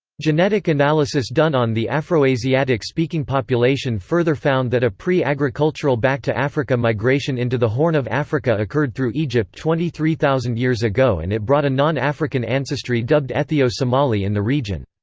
genetic analysis done on the afroasiatic speaking population further found that a pre-agricultural back-to-africa migration into the horn of africa occurred through egypt twenty three thousand years ago and it brought a non-african ancestry dubbed ethio-somali in the region.